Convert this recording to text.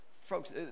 Folks